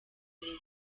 mbere